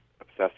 obsessed